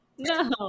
No